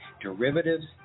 derivatives